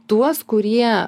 tuos kurie